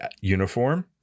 uniform